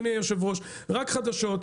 רק חדשות.